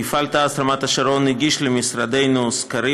מפעל תעש רמת השרון הגיש למשרדנו סקרים